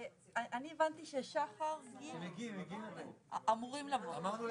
אני בטח מבינה לאור ההתרחשויות האחרונות, ושוב